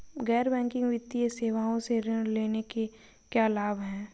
गैर बैंकिंग वित्तीय सेवाओं से ऋण लेने के क्या लाभ हैं?